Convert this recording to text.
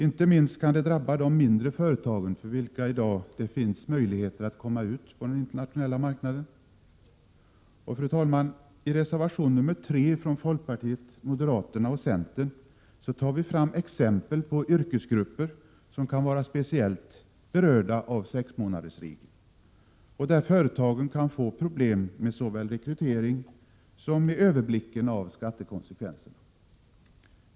Inte minst kan det drabba de mindre företagen, för vilka det i dag finns möjligheter att komma in på den internationella marknaden. Fru talman! I reservation 3 från folkpartiet, moderaterna och centern tar vi fram exempel på yrkesgrupper som kan vara speciellt berörda av sexmånadersregeln och där företagen kan få problem såväl med rekrytering som med överblicken av skattekonsekvenserna.